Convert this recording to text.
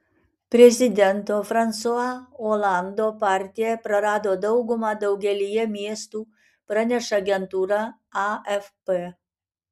prezidento fransua olando partija prarado daugumą daugelyje miestų praneša agentūra afp